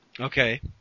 Okay